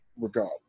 regardless